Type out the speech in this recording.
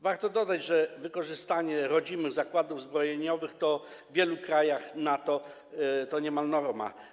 Warto dodać, że wykorzystanie rodzimych zakładów zbrojeniowych w wielu krajach NATO to niemal norma.